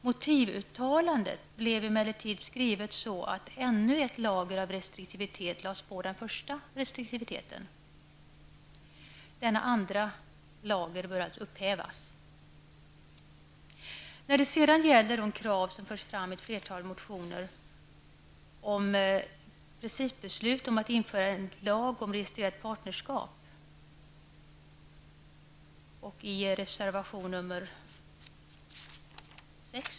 Motivuttalandet blev emellertid skrivet så att ännu ett lager av restriktivitet lades på den första restriktiviteten. Detta andra lager bör alltså upphävas. Det har i ett flertal motioner förts fram krav om principbeslut om att införa en lag om registrerat partnerskap. Yrkandet finns i reservation 6.